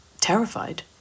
terrified